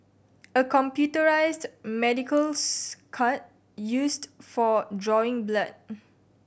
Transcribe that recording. a computerised medicals cart used for drawing blood